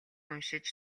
уншиж